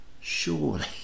surely